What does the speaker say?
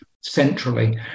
centrally